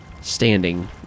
standing